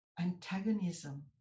antagonism